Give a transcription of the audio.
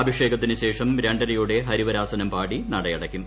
അഭിഷേകത്തിന് ശേഷം രണ്ടരയോടെ ഹരിവരാസനം പാടി നട അടയ്ക്കും